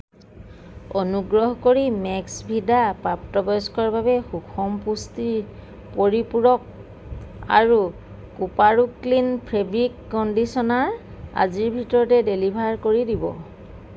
অনুগ্ৰহ কৰি মেক্সভিদা প্ৰাপ্তবয়স্কৰ বাবে সুষম পুষ্টি পৰিপূৰক আৰু কোপাৰো ক্লিন ফেব্ৰিক কণ্ডিচনাৰ আজিৰ ভিতৰতে ডেলিভাৰ কৰি দিব